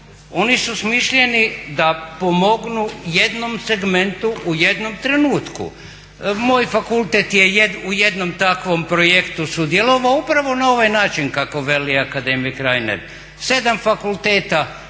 Oni su smišljeni da pomognu jednom segmentu u jednom trenutku. Moj fakultet je u jednom takvom projektu sudjelovao upravo na ovaj način kako veli akademik Reiner. 7 fakulteta